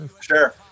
Sure